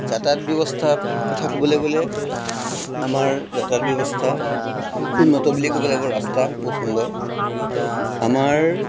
যাতায়াত ব্যৱস্থাৰ কথা ক'বলৈ গ'লে আমাৰ যাতায়াত ব্যৱস্থা উন্নত বুলিয়ে ক'ব লাগিব ৰাস্তা বৰ সুন্দৰ আমাৰ